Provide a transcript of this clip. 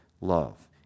love